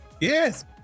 Yes